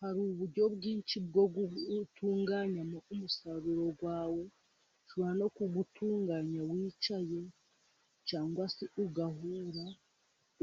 Hari uburyo bwinshi bwo gutunganya umusaruro wawe, ushobora no kumutunganya wicaye cyangwa se ugahunga